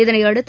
இதனையடுத்து